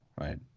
right